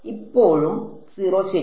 ഇപ്പോഴും 0 ശരിയാണ്